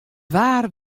waar